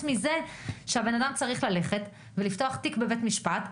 מזה שהאדם צריך ללכת ולפתוח תיק בבית משפט.